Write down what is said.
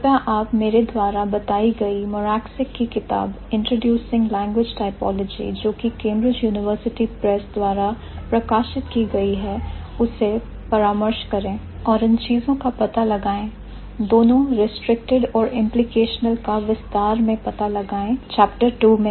कृपया आप मेरे द्वारा बताई गई Moravcsik की किताब Introducing Language Typology जो की Cambridge University Press द्वारा प्रकाशित की गई है उसे परामर्श करें और इन चीजों का पता लगाएं दोनों restricted और implicational का विस्तार मैं पता लगाएं चैप्टर 2 में